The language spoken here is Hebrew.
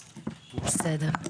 בסדר.